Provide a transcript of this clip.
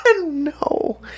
No